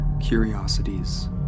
curiosities